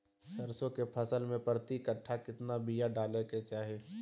सरसों के फसल में प्रति कट्ठा कितना बिया डाले के चाही?